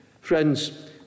Friends